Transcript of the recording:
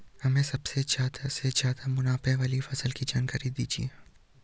हमें सबसे ज़्यादा से ज़्यादा मुनाफे वाली फसल की जानकारी दीजिए